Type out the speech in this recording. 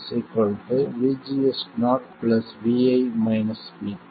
VGS0 vi VT